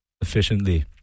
efficiently